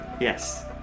Yes